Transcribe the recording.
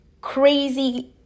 crazy